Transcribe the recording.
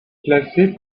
classés